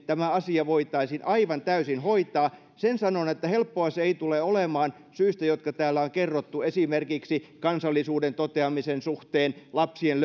tämä asia voitaisiin aivan täysin hoitaa sen sanon että helppoa se ei tule olemaan syistä jotka täällä on kerrottu esimerkiksi kansallisuuden toteamisen suhteen lapsien